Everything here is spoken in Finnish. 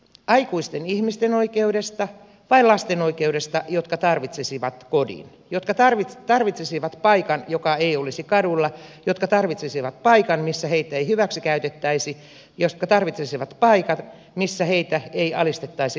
aikuisten ihmisten oikeudesta vai niiden lasten oikeudesta jotka tarvitsisivat kodin jotka tarvitsisivat paikan joka ei olisi kadulla jotka tarvitsisivat paikan missä heitä ei hyväksi käytettäisi jotka tarvitsisivat paikan missä heitä ei alistettaisi lapsityövoimaksi